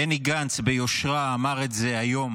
בני גנץ, ביושרה, אמר את זה אתמול